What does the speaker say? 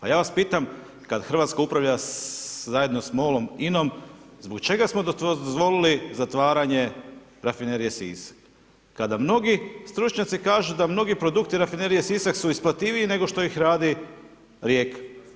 A ja vas pitam kad Hrvatska upravlja zajedno s MOL-om INOM zbog čega smo dozvolili zatvaranje rafinerije Sisak kada mnogi stručnjaci kažu da mnogi produkti rafinerije Sisak su isplativiji nego što ih radi Rijeka.